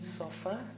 suffer